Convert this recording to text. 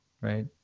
right